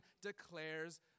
declares